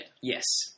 Yes